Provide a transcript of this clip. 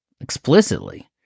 explicitly